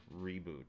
reboot